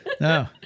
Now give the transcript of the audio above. No